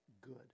good